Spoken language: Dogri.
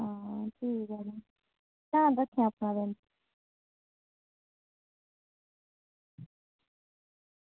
हां ठीक ऐ भी तां ध्यान रक्खेआं कन्नै अपना